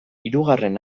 hirugarren